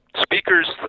speakers